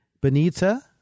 Benita